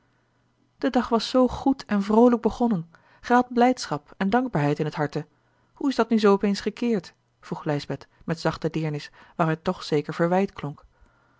de dag was zoo goed en vroolijk begonnen gij hadt blijdschap en dankbaarheid in het harte hoe is dat nu zoo op eens gekeerd vroeg lijsbeth met zachte deernis waaruit toch zeker verwijt klonk